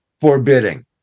forbidding